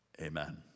amen